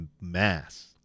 mass